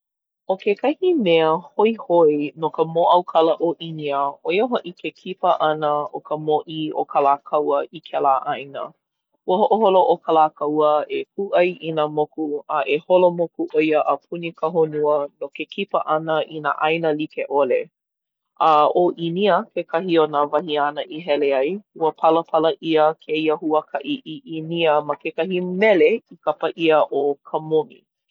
ʻO kekahi mea hoihoi no ka mōʻaukala o ʻĪnia ʻo ia hoʻi ke kipa ʻana o ka mōʻī ʻo Kalākaua i kēlā ʻāina. Ua hoʻoholo ʻo Kalākaua e kūʻai i nā moku, a e holo moku ʻo ia a puni ka honua no ke kipa ʻana i nā ʻāina like ʻole. A ʻo ʻĪnia kekahi o nā wahi āna i hele ai. Ua palapala ʻia kēia huakaʻi i ʻĪnia ma kekahi mele i kapa ʻia ʻo Ka Momi.